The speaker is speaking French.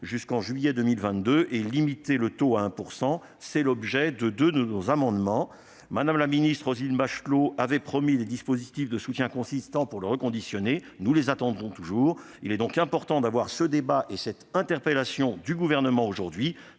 jusqu'en juillet 2022 et limiter le taux à 1 %. Tel est l'objet de deux de nos amendements. Mme la ministre Roselyne Bachelot avait promis des dispositifs de soutien consistants pour le secteur du reconditionnement ; nous les attendons toujours. Il est donc important d'avoir ce débat aujourd'hui et d'interpeller le Gouvernement,